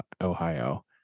Ohio